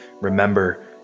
Remember